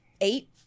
eight